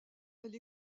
elle